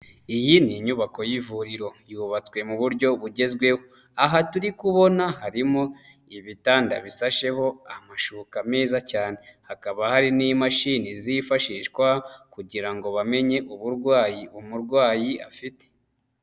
Iyi ni inyubako y'ivuriro, yubatswe mu buryo bugezweho, aha turi kubona harimo ibitanda bifashesheho amashuka meza cyane, hakaba hari n'imashini zifashishwa, kugira ngo bamenye uburwayi umurwayi afite.